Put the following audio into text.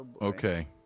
Okay